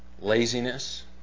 laziness